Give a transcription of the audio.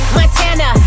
Montana